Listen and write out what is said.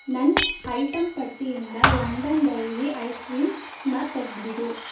ನನ್ನ ಐಟಮ್ ಪಟ್ಟಿಯಿಂದ London dairy ice ಕ್ರೀಮ್ನ ತೆಗೆದ್ಬಿಡು